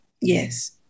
Yes